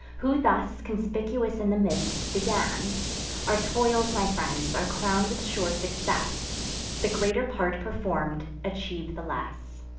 who thus, conspicuous in the midst, began our toils, my friends, are crown'd with sure success the greater part perform'd, achieve the less.